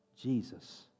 Jesus